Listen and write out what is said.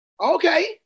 Okay